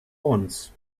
once